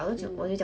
mm